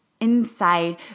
inside